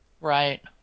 Right